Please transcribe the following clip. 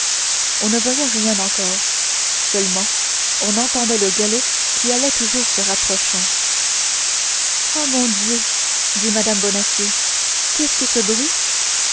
on ne voyait rien encore seulement on entendait le galop qui allait toujours se rapprochant oh mon dieu dit mme bonacieux qu'est-ce que ce bruit